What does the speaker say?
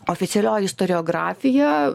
oficialioji istoriografija